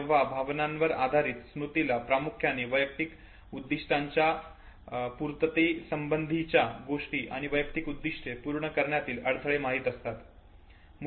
तेव्हा भावनांवर आधारित स्मृतीला प्रामुख्याने वैयक्तिक उद्दीष्टांच्या पुर्तीसंबंधीच्या गोष्टी किंवा वैयक्तिक उद्दिष्ट्ये पूर्ण करण्यातील अडथळे माहित असतात